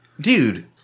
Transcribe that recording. Dude